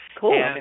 Cool